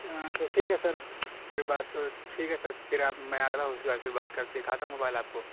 ہاں تو ٹھیک ہے سر پھر بات ٹھیک ہے سر پھر آپ میں ہوں اس حساب سے پھر بات کر دکھاتا ہوں موبائل آپ کو